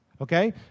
Okay